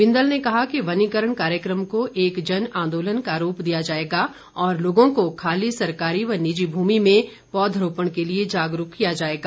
बिंदल ने कहा कि वनीकरण कार्यक्रम को एक जन आंदोलन का रूप दिया जाएगा और लोगों को खाली सरकारी व निजी भूमि में पौधरोपण के लिए जागरूक किया जाएगा